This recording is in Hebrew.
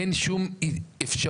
אין שום אפשרות,